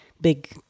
big